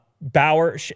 Bauer